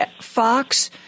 Fox